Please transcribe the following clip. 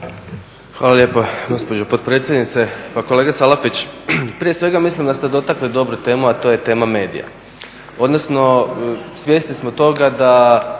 Hvala lijepo gospođo potpredsjednice. Pa kolega Salapić, prije svega mislim da ste dotakli dobru temu, a to je tema medija odnosno svjesni smo toga da